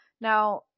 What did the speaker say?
Now